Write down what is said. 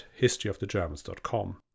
historyofthegermans.com